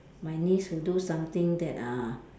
my niece will do something that uh